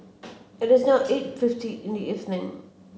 it is now eight fifty in the evening